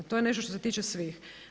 To je nešto što se tiče svih.